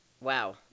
Wow